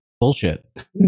bullshit